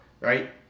right